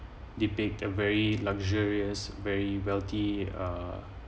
debate a very luxurious very wealthy uh